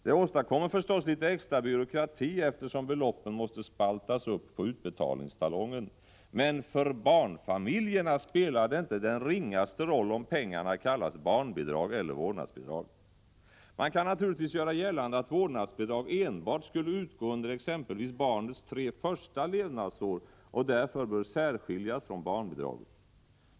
Det åstadkommer förstås litet extra byråkrati eftersom beloppen måste spaltas upp på utbetalningstalongen, men för barnfamiljerna spelar det inte den ringaste roll om pengarna kallas barnbidrag eller vårdnadsbidrag. Man kan naturligtvis göra gällande att vårdnadsbidrag enbart skulle utgå under exempelvis barnets tre första levnadsår och därför borde särskiljas från barnbidraget.